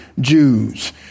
Jews